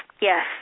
yes